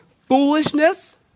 foolishness